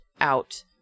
out